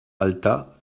alta